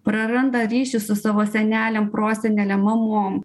praranda ryšį su savo senelėm prosenelėm mamom